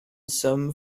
some